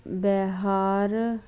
Bihar